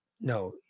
No